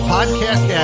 Podcast